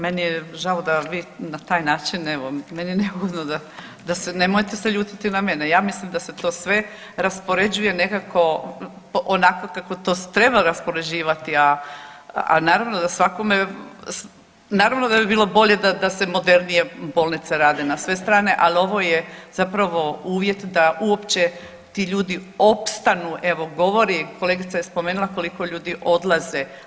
Meni je žao da vi na taj način, evo, meni je neugodno da, nemojte se ljutiti na mene, ja mislim da se to sve raspoređuje nekako onako kako to treba raspoređivati, a naravno da svakome, naravno da bi bilo bolje da se modernije bolnice rade na sve strane, ali ovo je zapravo uvijek da uopće ti ljudi opstanu, evo, govori, kolegice je spomenula koliko ljudi odlaze.